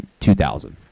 2000